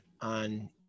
on